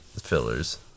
Fillers